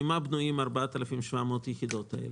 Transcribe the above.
ממה בנויים הסיכומים על 4,700 היחידות האלה?